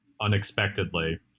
unexpectedly